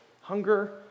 hunger